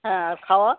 হ্যাঁ আর খাওয়া